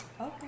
okay